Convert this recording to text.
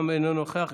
גם אינו נוכח.